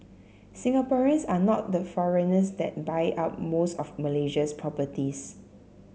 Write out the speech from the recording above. Singaporeans are not the foreigners that buy up most of Malaysia's properties